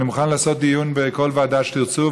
אני מוכן לעשות דיון בכל ועדה שתרצו,